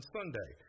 Sunday